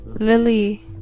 Lily